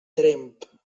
tremp